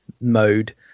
mode